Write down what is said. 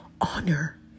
honor